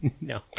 No